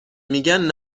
میگن